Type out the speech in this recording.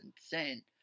insane